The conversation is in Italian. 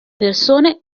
persone